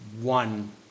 one